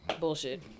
bullshit